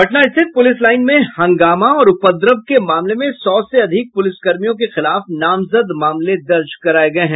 पटना स्थित police line में हंगामा और उपद्रव के मामले में सौ से अधिक प्रलिसकर्मियों के खिलाफ नामजद मामले दर्ज कराये गये हैं